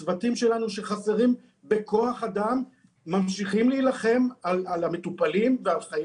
הצוותים שלנו שחסר בהם כוח אדם ממשיכים להילחם על המטופלים ועל חיי